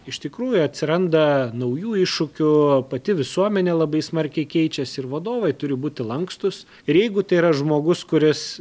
iš tikrųjų atsiranda naujų iššūkių pati visuomenė labai smarkiai keičiasi ir vadovai turi būti lankstūs ir jeigu tai yra žmogus kuris